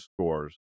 scores